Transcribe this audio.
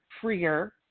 freer